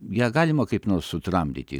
ją galima kaip nors sutramdyti